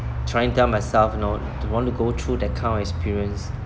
trying tell myself you know to want to go through that kind of experience